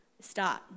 Start